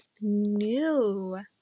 new